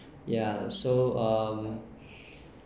yeah so um